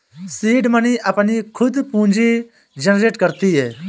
seed money अपनी खुद पूंजी जनरेट करती है